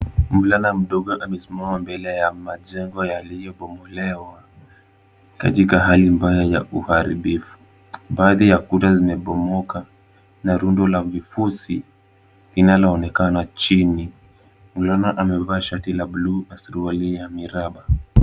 Mvulana mdogo amesimama mbele ya majengo yaliyobomolewa katika hali mbaya ya uharibifu. Baadhi ya kuta zimebomoka na rundo la vifusi linaloonekana chini. Mvulana amevaa shati la bluu na suruali ya miraba.